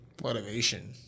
Motivation